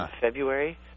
February